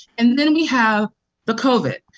and then then we have the covid,